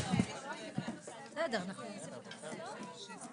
הישיבה ננעלה בשעה